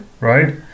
right